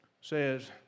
says